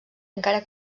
encara